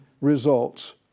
results